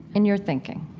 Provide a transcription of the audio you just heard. in your thinking